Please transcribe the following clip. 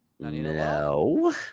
No